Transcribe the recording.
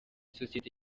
sosiyete